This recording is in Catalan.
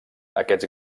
aquests